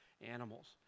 animals